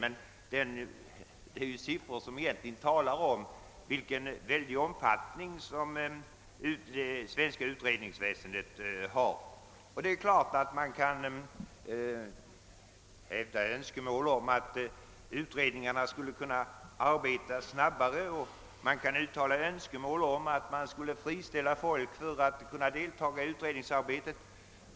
Dessa siffror talar emellertid om vilken väldig omfattning som det svenska utredningsväsendet har. Det är klart att man kan hävda att utredningarna borde arbeta snabbare och att man kan uttala önskemål om att de som deltar i utredningsarbetet bör friställas från andra uppgifter.